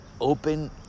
open